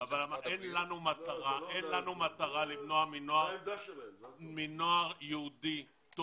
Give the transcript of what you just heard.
אבל אין לנו מטרה למנוע מנוער יהודי טוב